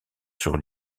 sur